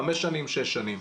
חמש או שש שנים.